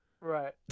Right